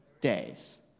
days